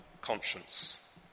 conscience